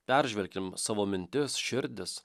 peržvelkim savo mintis širdis